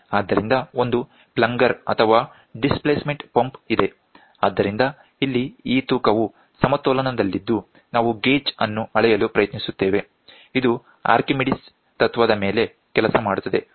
ಆದ್ದರಿಂದ ಒಂದು ಪ್ಲಂಗರ್ ಅಥವಾ ಡಿಸ್ಪ್ಲೇಸ್ಮೆಂಟ್ ಪಂಪ್ ಇದೆ ಆದ್ದರಿಂದ ಇಲ್ಲಿ ಈ ತೂಕವು ಸಮತೋಲನದಲ್ಲಿದ್ದು ನಾವು ಗೇಜ್ ಅನ್ನು ಅಳೆಯಲು ಪ್ರಯತ್ನಿಸುತ್ತೇವೆ ಇದು ಆರ್ಕಿಮಿಡಿಸ್ ತತ್ವದ ಮೇಲೆ ಕೆಲಸ ಮಾಡುತ್ತದೆ